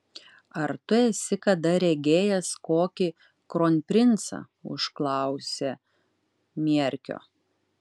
ar tu esi kada regėjęs kokį kronprincą užklausė mierkio